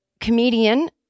comedian